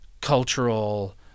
cultural